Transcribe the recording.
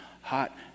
hot